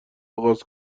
آغاز